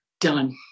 Done